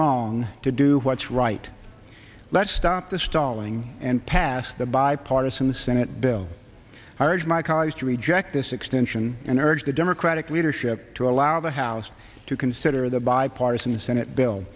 long to do what's right let's stop the stalling and pass the bipartisan the senate bill i urge my colleagues to reject this extension and urge the democratic leadership to allow the house to consider the bipartisan senate bill